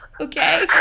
Okay